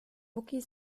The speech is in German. boogie